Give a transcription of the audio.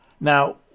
Now